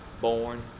born